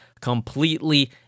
completely